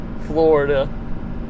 Florida